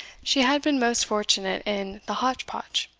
she had been most fortunate in the hotch-potch,